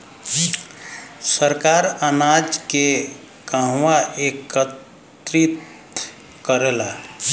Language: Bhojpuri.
सरकार अनाज के कहवा एकत्रित करेला?